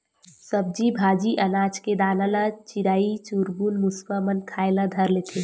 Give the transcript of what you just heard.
सब्जी भाजी, अनाज के दाना ल चिरई चिरगुन, मुसवा मन खाए ल धर लेथे